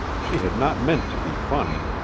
she had not meant to be funny,